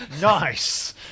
nice